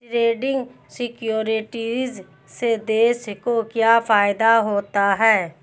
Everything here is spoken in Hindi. ट्रेडिंग सिक्योरिटीज़ से देश को क्या फायदा होता है?